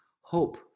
hope